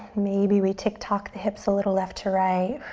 maybe we tick-tock the hips a little left to right.